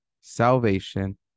salvation